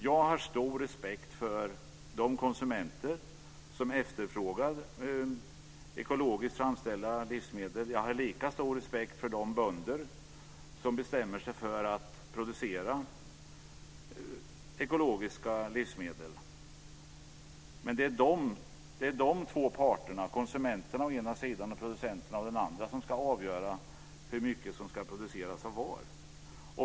Jag har stor respekt för de konsumenter som efterfrågar ekologiskt framställda livsmedel. Jag har lika stor respekt för de bönder som bestämmer sig för att producera ekologiska livsmedel. Men det är de två parterna, konsumenterna å ena sidan och producenterna å den andra, som ska avgöra hur mycket som ska produceras av vad.